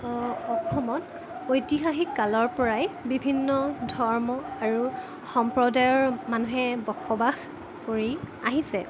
অসমত ঐতিহাসিক কালৰ পৰাই বিভিন্ন ধৰ্ম আৰু সম্প্ৰদায়ৰ মানুহে বসবাস কৰি আহিছে